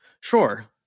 Sure